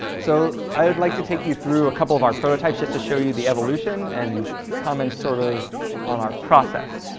so i would like to take you through a couple of our prototypes just to show you the evolution and comment sort of on our process.